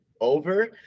over